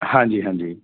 ਹਾਂਜੀ ਹਾਂਜੀ